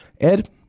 ed